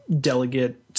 delegate